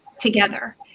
together